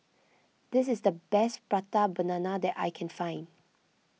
this is the best Prata Banana that I can find